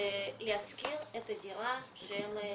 להשכיר את הדירה שקונים.